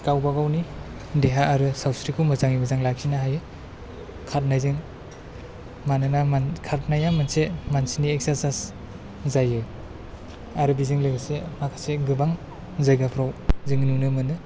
गावबा गावनि देहा आरो सावस्रिखौ मोजाङै मोजां लाखिनो हायो खारनायजों मानोना खारनाया मोनसे मानसिनि इक्सचारसाइस जायो आरो बिजों लोगोसे माखासे गोबां जायगाफ्राव जों नुनो मोनो